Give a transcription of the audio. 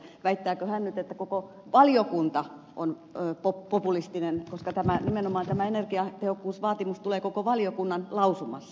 väittääkö hän nyt että koko valiokunta on populistinen koska nimenomaan energiatehokkuusvaatimus tulee koko valiokunnan lausumassa